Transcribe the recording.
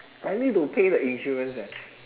I need to pay the insurance eh